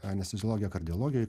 anesteziologija kardiologijoj